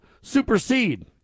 supersede